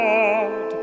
God